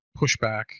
pushback